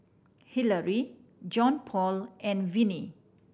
Hillary Johnpaul and Vennie